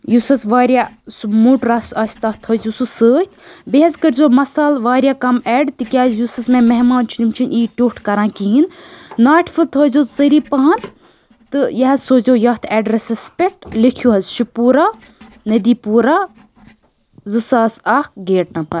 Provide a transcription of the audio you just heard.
یُس حظ واریاہ سُہ موٚٹ رَس آسہِ تَتھ تھٲیزیو سُہ سۭتۍ بیٚیہِ حظ کٔرزیو مصالہٕ واریاہ کَم ایڈ تِکیازِ یُس حظ مےٚ مہمان چھِ یِم چھِنہٕ یہِ ٹیٚوٹھ کَران کہیٖنۍ ناٹہِ پھوٚل تھٲیزیو ژٔری پَہَن تہٕ یہِ حظ سوٗزیو یَتھ ایٚڈرسَس پٮ۪ٹھ لیٚکھِو حظ شِپوٗرہ نٔدی پوٗرہ زٕ ساس اَکھ گیٹ نمبر